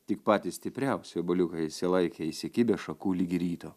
tik patys stipriausi obuoliukai išsilaikė įsikibę šakų ligi ryto